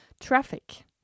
Traffic